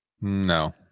No